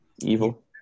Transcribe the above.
evil